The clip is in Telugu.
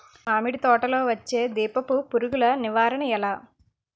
మామిడి తోటలో వచ్చే దీపపు పురుగుల నివారణ ఎలా?